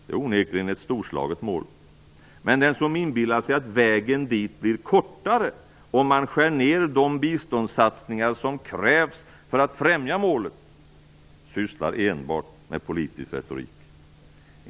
Det är onekligen ett storslaget mål. Men den som inbillar sig att vägen dit blir kortare om man skär ned de biståndssatsningar som krävs för att främja målet sysslar enbart med politisk retorik.